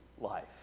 life